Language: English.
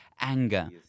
Anger